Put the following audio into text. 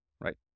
Right